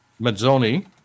Mazzoni